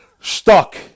stuck